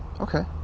Okay